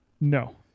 No